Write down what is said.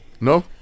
No